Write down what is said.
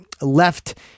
left